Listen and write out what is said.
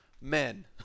men